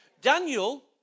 Daniel